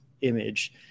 image